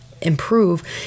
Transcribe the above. improve